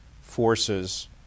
forces